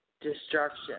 destruction